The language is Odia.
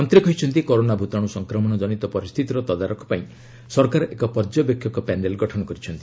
ମନ୍ତ୍ରୀ କହିଛନ୍ତି କରୋନା ଭୂତାଣୁ ସଂକ୍ରମଣ ଜନିତ ପରିସ୍ଥିତିର ତଦାରଖ ପାଇଁ ସରକାର ଏକ ପର୍ଯ୍ୟବେକ୍ଷକ ପ୍ୟାନେଲ୍ ଗଠନ କରିଛନ୍ତି